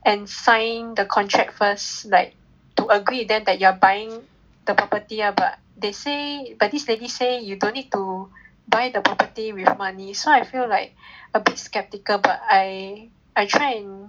and sign the contract first like to agree with them that you are buying the property ah but they say but this lady say you don't need to buy the property with money so I feel like a bit skeptical but I I try and